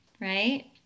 Right